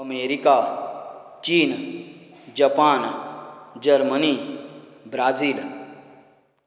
America चीन Japan Germany Brazil